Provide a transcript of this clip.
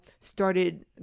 started